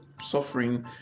suffering